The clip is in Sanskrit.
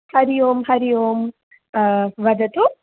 हरि ओं हरि ओं वदतु